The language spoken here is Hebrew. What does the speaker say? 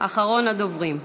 אחרון הדוברים,